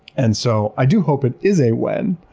and so i do hope it is a when,